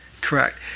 Correct